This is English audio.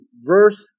verse